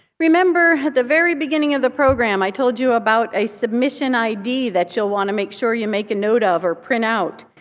remember at the very beginning of the program i told you about a submission id that you'll want to make sure you make a note of or print out.